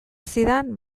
zidan